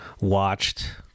watched